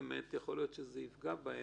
יכול להיות שזה יפגע בהם,